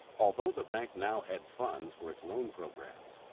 although the bank now had funds for its loan programs,